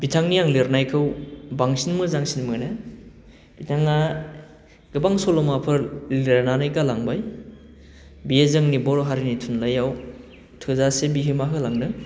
बिथांनि आं लिरनायखौ बांसिन मोजांसिन मोनो बिथाङा गोबां सल'माफोर लिरनानै गालांबाय बे जोंनि बर' हारिनि थुनलाइआव थोजासे बिहोमा होलांदों